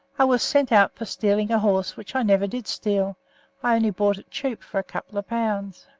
i was sent out for stealing a horse, which i never did steal i only bought it cheap for a couple of pounds.